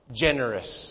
generous